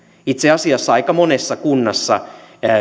itse asiassa aika monessa kunnassa